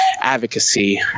advocacy